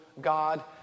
God